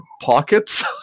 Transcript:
pockets